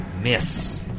Miss